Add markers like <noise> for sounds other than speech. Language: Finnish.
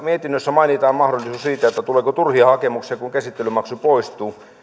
<unintelligible> mietinnössä mainitaan mahdollisuus siitä että tuleeko turhia hakemuksia kun käsittelymaksu poistuu